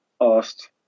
asked